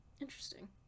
interesting